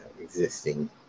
existing